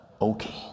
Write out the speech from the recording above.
Okay